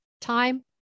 time